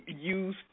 use